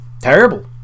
terrible